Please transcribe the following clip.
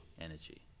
Energy